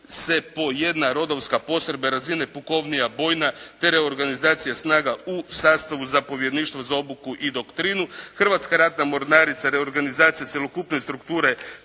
se po jedna rodovska postrojba razine pukovnija bojna, te reorganizacija snaga u sastavu zapovjedništva za obuku i doktrinu. Hrvatska ratna mornarica reorganizaciju cjelokupne strukture